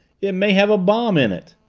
it may have a bomb in it!